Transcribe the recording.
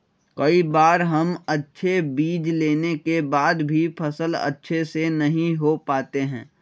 कई बार हम अच्छे बीज लेने के बाद भी फसल अच्छे से नहीं हो पाते हैं?